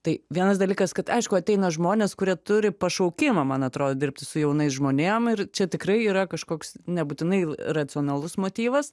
tai vienas dalykas kad aišku ateina žmonės kurie turi pašaukimą man atrodo dirbti su jaunais žmonėm ir čia tikrai yra kažkoks nebūtinai racionalus motyvas